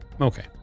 Okay